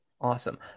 Awesome